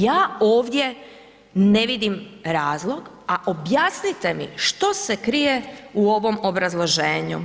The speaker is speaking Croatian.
Ja ovdje ne vidim razlog, a objasnite mi što se krije u ovom obrazloženju.